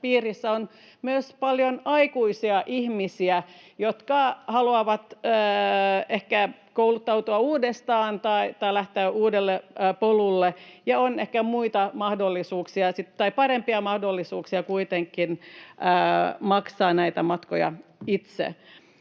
piirissä on myös paljon aikuisia ihmisiä, jotka haluavat ehkä kouluttautua uudestaan tai lähteä uudelle polulle ja joilla on ehkä parempia mahdollisuuksia kuitenkin maksaa näitä matkoja itse.